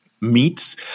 meats